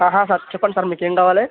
సహా సార్ చెప్పండి సార్ మీకు ఏమి కావాలి